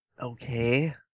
Okay